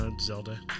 Zelda